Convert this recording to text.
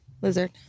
lizard